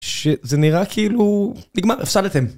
שזה נראה כאילו נגמר. הפסדתם.